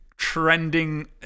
Trending